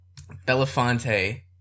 Belafonte